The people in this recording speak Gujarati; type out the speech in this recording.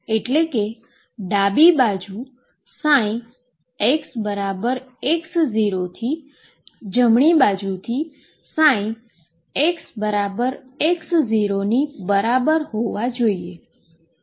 એટ્લે કે ડાબી બાજુ xx0 થી જમણી બાજુથી ψxx0 ની બરાબર હોવી જોઈએ